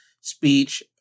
speech